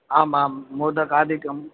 आम् आं मोदकादिकम्